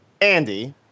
Andy